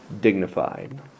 dignified